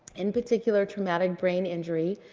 in particular, traumatic brain injury,